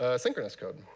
ah synchronous code.